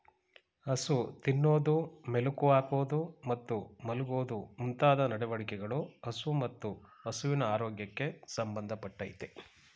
ಹಸು ತಿನ್ನೋದು ಮೆಲುಕು ಹಾಕೋದು ಮತ್ತು ಮಲ್ಗೋದು ಮುಂತಾದ ನಡವಳಿಕೆಗಳು ಹಸು ಮತ್ತು ಹಸುವಿನ ಆರೋಗ್ಯಕ್ಕೆ ಸಂಬಂಧ ಪಟ್ಟಯ್ತೆ